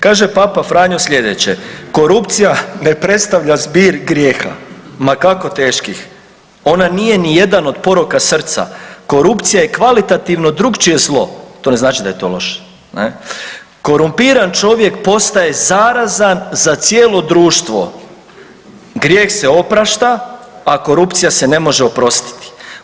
Kaže Papa Franjo slijedeće, korupcija ne predstavlja zbir grijeha ma kako teških, ona nije ni jedan od poroka srca, korupcija je kvalitativno drukčije zlo, to ne znači da je to loše, korumpiran čovjek postaje zarazan za cijelo društvo, grijeh se oprašta, a korupcija se ne može oprostiti.